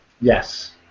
yes